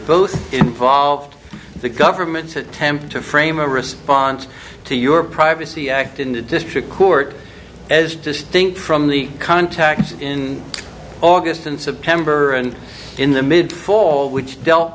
both involved in the government's attempt to frame a response to your privacy act in the district court as distinct from the contacts in august and september and in the mid fall which dealt